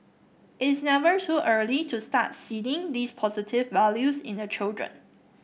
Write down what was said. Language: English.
it is never too early to start seeding these positive values in the children